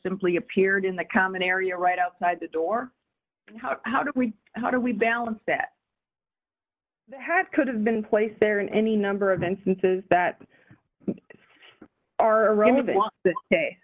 simply appeared in the common area right outside the door how how did we how do we balance that head could have been placed there in any number of instances that are